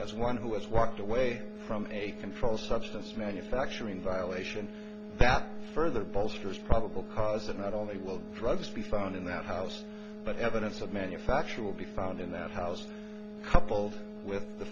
scene as one who has locked away from a controlled substance manufacturing violation that further bolsters probable cause that not only will drugs be found in that house but evidence of manufacture will be found in that house coupled with the